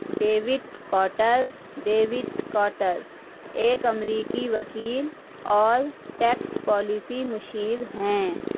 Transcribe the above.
David Carter David Carter ایک امریکی وکیل اور ٹیکس پالیسی مشیر ہیں